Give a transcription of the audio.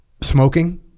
smoking